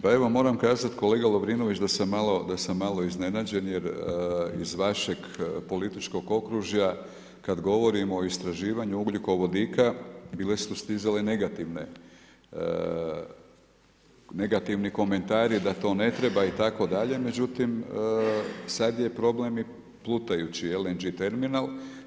Pa evo moram kazati kolega Lovrinović da sam malo iznenađen jer iz vašeg političkog okružja kada govorimo o istraživanju ugljikovodika bile su stizale negativne, negativni komentari da to ne treba itd., međutim sada je problem i plutajući LNG terminal.